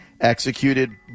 Executed